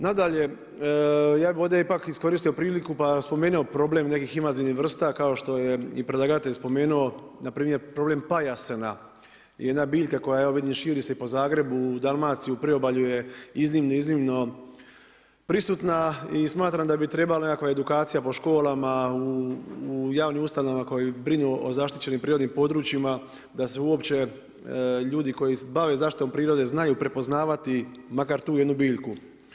Nadalje, ja bi ovdje iskoristio priliku pa spomenuo problem nekih invazivnih vrsta kao što je i predlagatelj spomenuo, npr. problem pajasena, jedna biljka koja evo vidim širi se i po Zagrebu, Dalmaciji, u priobalju je iznimno, iznimno prisutna i smatram da bi trebala nekakva edukacija po školama, u javnim ustanovama koje brinu o zaštićenim prirodnim područjima da se uopće ljudi koji se bave zaštitom prirode znaju prepoznavati makar tu jednu biljku.